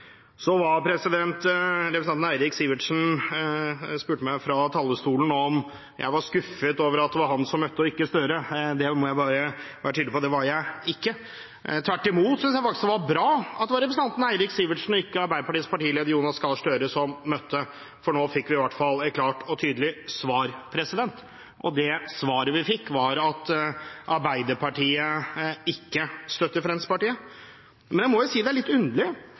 Så spurte representanten Eirik Sivertsen meg fra talerstolen om jeg var skuffet over at det var han som møtte, og ikke Gahr Støre. Det må jeg bare være tydelig på at jeg ikke var. Tvert imot syntes jeg faktisk det var bra at det var representanten Eirik Sivertsen og ikke Arbeiderpartiets partileder Jonas Gahr Støre som møtte, for nå fikk vi i hvert fall et klart og tydelig svar. Og det svaret vi fikk, var at Arbeiderpartiet ikke støtter Fremskrittspartiet. Men jeg må jo si det er litt underlig,